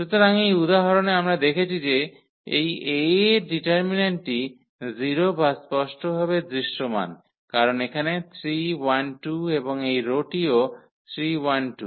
সুতরাং এই উদাহরণে আমরা দেখছি যে এই A এর ডিটারমিন্যান্টটি 0 যা স্পষ্টভাবে দৃশ্যমান কারণ এখানে 3 1 2 এবং এই রো টি ও 3 1 2